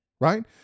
right